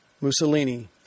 Mussolini